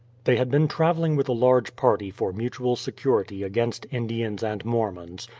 they had been traveling with a large party for mutual security against indians and mormons,